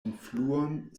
influon